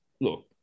look